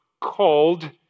called